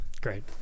Great